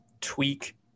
tweak